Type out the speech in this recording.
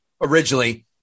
originally